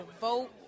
vote